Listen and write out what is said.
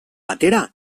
batera